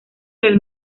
del